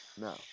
No